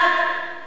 אני בעד.